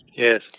Yes